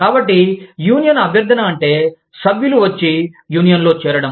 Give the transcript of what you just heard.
కాబట్టి యూనియన్ అభ్యర్థన అంటే సభ్యులు వచ్చి యూనియన్లో చేరడం